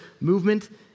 movement